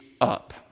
up